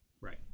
Right